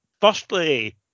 Firstly